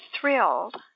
thrilled